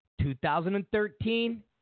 2013